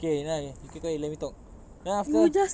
okay you keep quiet you let me talk then after